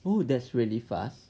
!woo! that's really fast